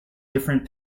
different